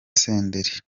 senderi